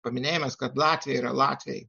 paminėjimas kad latviai yra latviai